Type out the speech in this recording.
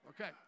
Okay